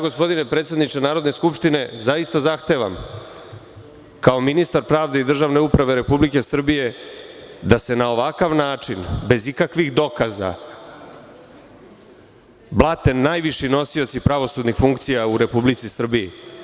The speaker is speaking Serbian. Gospodine predsedniče Narodne skupštine, zaista zahtevam kao ministar pravde i državne uprave Republike Srbije da se na ovakav način, bez ikakvih dokaza, ne blate najviši nosioci pravosudnih funkcija u Republici Srbiji.